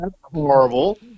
horrible